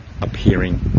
appearing